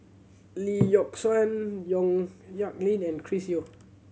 Lee Yock Suan Yong Nyuk Lin and Chris Yeo